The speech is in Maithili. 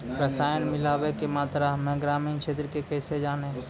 रसायन मिलाबै के मात्रा हम्मे ग्रामीण क्षेत्रक कैसे जानै?